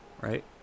right